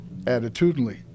attitudinally